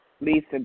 Lisa